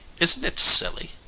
isn't it silly?